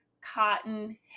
cotton